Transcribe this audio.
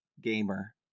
gamer